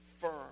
firm